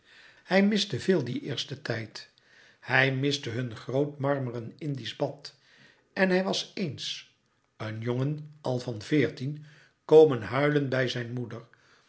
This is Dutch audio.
hij miste veel dien eersten tijd hij miste hun groot marmeren indisch bad en hij was eens een jongen al van veertien komen huilen bij zijn moeder